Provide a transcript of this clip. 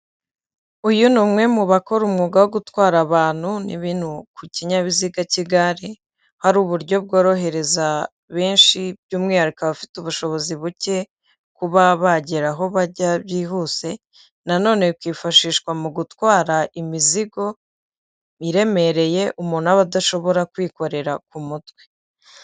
Uyu ni umwe mu bakora umwuga wo gutwara abantu n'ibintu ku kinyabiziga cy'igare, aho ari uburyo bworohereza benshi by'umwihariko abafite ubushobozi buke, kuba bagera aho bajya byihuse na none bikifashishwa mu gutwara imizigo iremereye umuntu aba adashobora kwikorera ku mutwe.